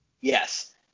Yes